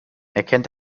erkennt